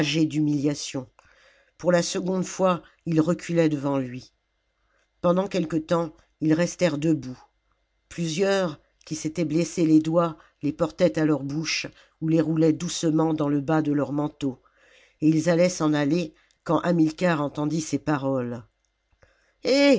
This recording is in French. d'humiliation pour la seconde fois ils reculaient devant lui pendant quelque temps ils restèrent debout plusieurs qui s'étaient blessé les doigts les portaient à leur bouche ou les roulaient doucement dans le bas de leur manteau et ils allaient s'en aller quand hamilcar entendit ces paroles